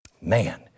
Man